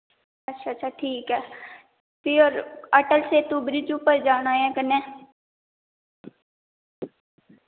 अच्छा अच्छा ठीक ऐ फ्ही और अटल सेतु ब्रिज उप्पर जाना ऐ कन्नै